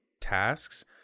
tasks